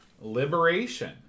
Liberation